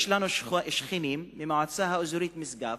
יש לנו שכנים, המועצה האזורית משגב,